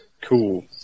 Cool